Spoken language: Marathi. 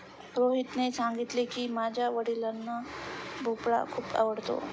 रोहितने सांगितले की, माझ्या वडिलांना भोपळा खूप आवडतो